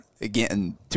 again